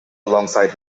alongside